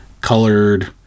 colored